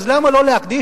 אז למה לא להקדיש.